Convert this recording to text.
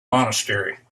monastery